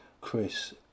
Chris